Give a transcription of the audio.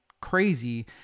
crazy